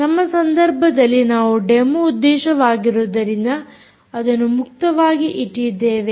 ನಮ್ಮ ಸಂದರ್ಭದಲ್ಲಿ ನಾವು ಡೆಮೋ ಉದ್ದೇಶವಾಗಿರುವುದರಿಂದ ಅದನ್ನು ಮುಕ್ತವಾಗಿ ಇಟ್ಟಿದ್ದೇವೆ